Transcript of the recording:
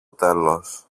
τέλος